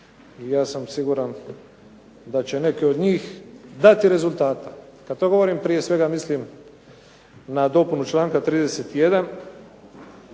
ja sam siguran da će neke od njih dati rezultata. Kad to govorim prije svega mislim na dopunu članka 31.